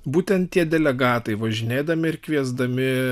būtent tie delegatai važinėdami ir kviesdami